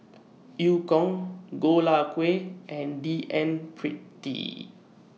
EU Kong Goh Lay Kuan and D N Pritt